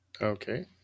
Okay